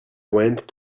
went